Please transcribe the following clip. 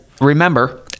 remember